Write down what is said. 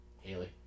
Haley